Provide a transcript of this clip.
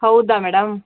ಹೌದ ಮೇಡಮ್